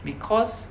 because